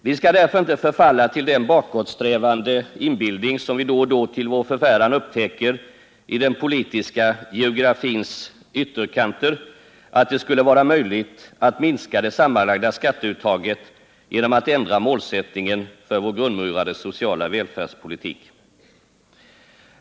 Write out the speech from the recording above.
Vi skall därför inte förfalla till den bakåtsträvande inbillningen — som vi då och då till vår förfäran upptäcker i den politiska geografins ytterkanter — att det skulle vara möjligt att minska det sammanlagda skatteuttaget genom att ändra målsättningen för vår grundmurade sociala välfärdspolitik.